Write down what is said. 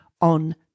on